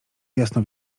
jasno